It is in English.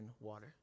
water